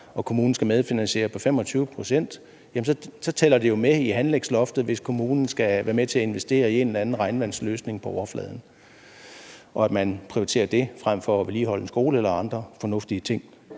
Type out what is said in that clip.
hvor kommunen skal medfinansiere på 25 pct., tæller med i anlægsloftet, hvis kommunen skal være med til at investere i en eller anden regnvandsløsning på overfladen og man prioriterer det frem for at vedligeholde en skole eller andre fornuftige ting.